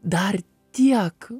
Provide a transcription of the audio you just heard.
dar tiek